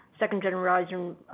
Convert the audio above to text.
second-generation